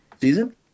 season